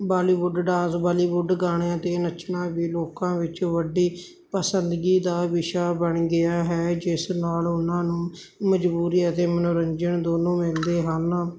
Bollywood dance Bollywood ਗਾਣਿਆਂ 'ਤੇ ਨੱਚਣਾਂ ਵੀ ਲੋਕਾਂ ਵਿੱਚ ਵੱਡੀ ਪਸੰਦਗੀ ਦਾ ਵਿਸ਼ਾ ਬਣ ਗਿਆ ਹੈ ਜਿਸ ਨਾਲ ਉਹਨਾਂ ਨੂੰ ਮਜਬੂਰੀ ਅਤੇ ਮਨੋਰੰਜਨ ਦੋਨੋਂ ਮਿਲਦੇ ਹਨ